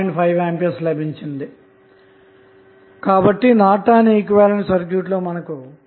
5A లభించింది కాబట్టి Norton equivalent circuit లో మనకు 4